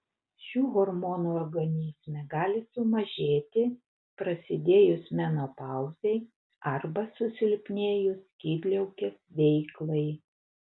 šių hormonų organizme gali sumažėti prasidėjus menopauzei arba susilpnėjus skydliaukės veiklai